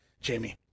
Jamie